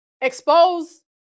expose